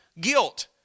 guilt